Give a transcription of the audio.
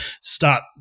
start